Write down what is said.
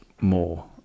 more